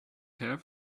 care